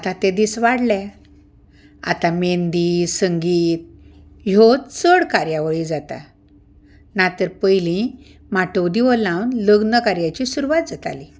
आतां ते दीस वाडले आतां मेहेन्दी संगीत ह्यो चड कार्यावळी जाता ना तर पयलीं माठव देवळांत लग्न कार्याची सुरवात जाताली